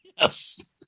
Yes